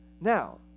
Now